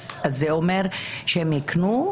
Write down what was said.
זה אומר שהם ייקנו,